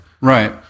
Right